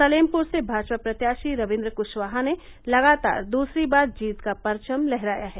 सलेमपुर से भाजपा प्रत्याशी रविन्द्र कुशवाहा ने लगातार दूसरी बार जीत का परचम लहराया है